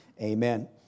amen